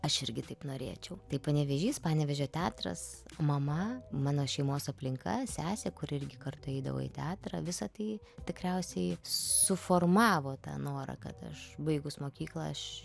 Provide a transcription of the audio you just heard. aš irgi taip norėčiau tai panevėžys panevėžio teatras mama mano šeimos aplinka sesė kuri irgi kartu eidavo į teatrą visą tai tikriausiai suformavo tą norą kad aš baigus mokyklą aš